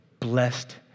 blessed